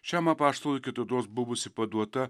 šiam apaštalui kitados buvusi paduota